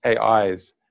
AIs